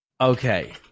Okay